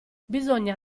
bisogna